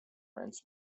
rents